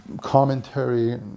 commentary